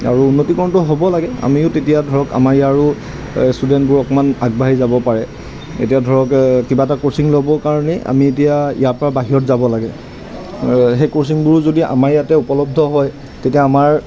আৰু উন্নতিকৰণটো হ'ব লাগে আমিও তেতিয়া ধৰক আমাৰ ইয়াৰো ষ্টুডেণ্টবোৰ অকণমান আগবাঢ়ি যাব পাৰে এতিয়া ধৰক কিবা এটা কোচিং ল'বৰ কাৰণেই আমি এতিয়া ইয়াৰ পৰা বাহিৰত যাব লাগে সেই কোচিংবোৰো যদি আমাৰ ইয়াতে উপলব্ধ হয় তেতিয়া আমাৰ